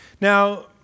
Now